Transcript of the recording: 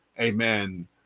amen